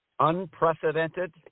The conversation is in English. Unprecedented